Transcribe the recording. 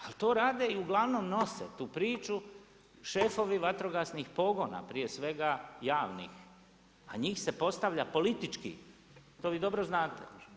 Ali to rade i uglavnom nose tu priču šefovi vatrogasnih pogona prije svega javnih, a njih se postavlja politički to vi dobro znate.